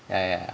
ya ya